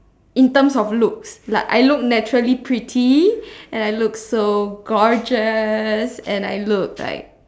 in terms of looks like I look naturally pretty and I look so gorgeous and I look like